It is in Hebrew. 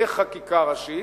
בחקיקה ראשית,